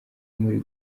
muri